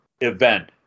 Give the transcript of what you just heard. event